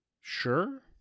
Sure